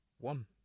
One